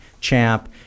champ